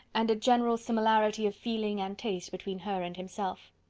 and a general similarity of feeling and taste between her and himself.